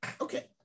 Okay